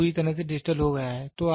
यह पूरी तरह से डिजिटल हो गया है